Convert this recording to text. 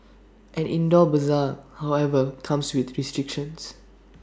an indoor Bazaar however comes with restrictions